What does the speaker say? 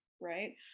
right